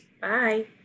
bye